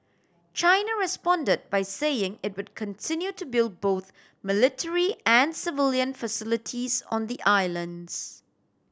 China responded by saying it would continue to build both military and civilian facilities on the islands